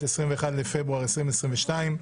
21 בפברואר 2022,